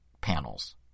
panels